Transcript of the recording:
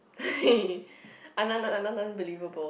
un~ un~ un~ unbelievable